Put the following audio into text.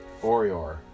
Orior